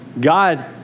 God